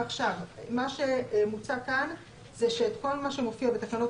מה שמוצע כאן זה שכל מה שמופיע בתקנות